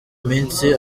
iminsi